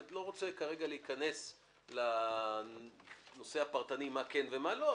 ואני לא רוצה להיכנס כרגע לנושא הפרטני מה כן ומה לא,